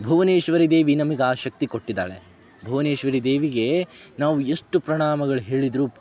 ಭುವನೇಶ್ವರಿ ದೇವಿ ನಮಗೆ ಆ ಶಕ್ತಿ ಕೊಟ್ಟಿದ್ದಾಳೆ ಭುವನೇಶ್ವರಿ ದೇವಿಗೆ ನಾವು ಎಷ್ಟು ಪ್ರಣಾಮಗಳು ಹೇಳಿದರು